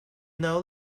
know